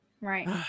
Right